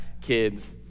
kids